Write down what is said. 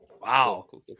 Wow